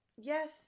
yes